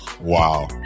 Wow